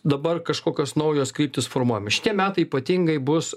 dabar kažkokios naujos kryptys formuojami šietie metai ypatingai bus